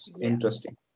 interesting